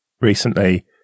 recently